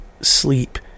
sleep